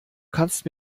kannst